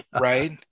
right